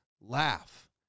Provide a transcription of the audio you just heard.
laugh